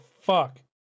fuck